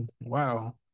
Wow